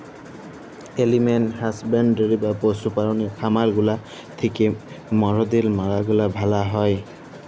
animal husbandry বা পশু পাললের খামার গুলা থিক্যা মরদের ম্যালা ভালা হ্যয়